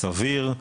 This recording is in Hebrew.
סביר,